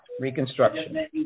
Reconstruction